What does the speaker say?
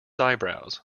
eyebrows